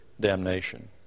damnation